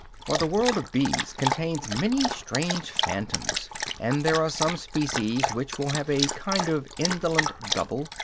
for the world of bees contains many strange phantoms and there are some species which will have a kind of indolent double,